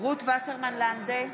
רות וסרמן לנדה,